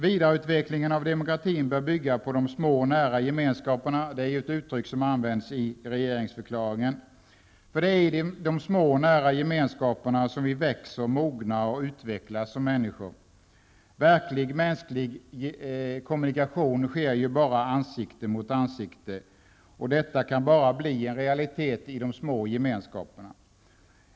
Vidareutvecklingen av demokratin bör bygga på de små, nära gemenskaperna -- ett uttryck som används i regeringsförklaringen. Det är i de små, nära gemenskaperna som vi växer, mognar och utvecklas som människor. Verklig mänsklig kommunikation sker ju ansikte mot ansikte, och detta kan bara bli en realitet i de små gemenskaperna.